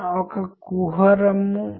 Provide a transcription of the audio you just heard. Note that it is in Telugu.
మీ దగ్గర ఒక సందేశం ఉండాలి